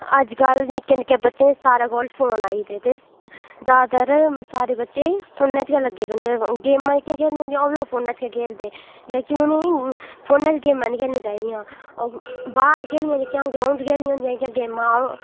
अज्जकल निक्के निक्के बच्चे सारे कोल फोन आई गेदे ते ज्यादातर सारे बच्चे फोनै च गै लग्गे रौह्न्दे गेमां जेह्कियां खेलनियां होंदियां ओह् बी ओह् फोनै च गै खेलदे लेकिन उ'नेंगी फोनै च गेमां नी खेलनी चाहिदियां बाह्र खेलनियां जेह्कियां ग्राउन्ड च खेलनियां जेह्कियां गेमां ओह् बाह्र